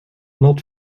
not